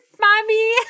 mommy